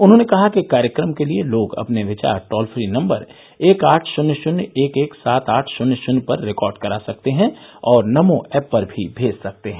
उन्होंने कहा कि कार्यक्रम के लिए लोग अपने विचार टोल फ्री नम्बर एक आठ शून्य शून्य एक एक सात आठ शून्य शून्य पर रिकॉर्ड करा सकते हैं और नमो एप पर भी भेज सकते हैं